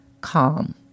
calm